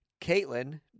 Caitlin